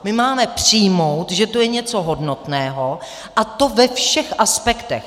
My máme přijmout, že to je něco hodnotného, a to ve všech aspektech.